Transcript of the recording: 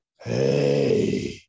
hey